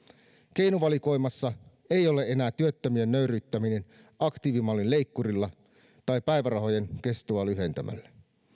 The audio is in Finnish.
keinovalikoimassa ei ole enää työttömien nöyryyttäminen aktiivimallin leikkurilla tai päivärahojen kestoa lyhentämällä